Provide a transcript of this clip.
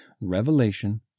Revelation